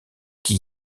qui